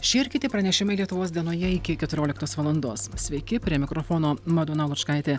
šie ir kiti pranešimai lietuvos dienoje iki keturioliktos valandos sveiki prie mikrofono madona lučkaitė